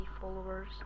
followers